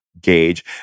gauge